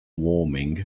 warming